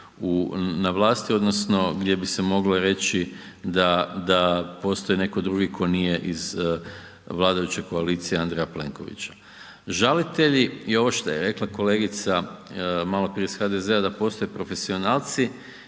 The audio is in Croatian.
na vlasti odnosno gdje bi se moglo reći da postoji netko drugi tko nije iz vladajuće koalicije Andreja Plenkovića. Žalitelji i ovo šta je rekla kolega maloprije iz HDZ-a, da postoje profesionalci,